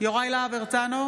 יוראי להב הרצנו,